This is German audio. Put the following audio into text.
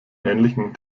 ähnlichen